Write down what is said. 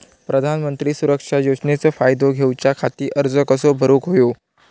प्रधानमंत्री सुरक्षा योजनेचो फायदो घेऊच्या खाती अर्ज कसो भरुक होयो?